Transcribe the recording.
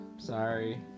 Sorry